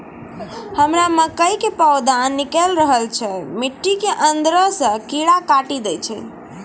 हमरा मकई के पौधा निकैल रहल छै मिट्टी के अंदरे से कीड़ा काटी दै छै?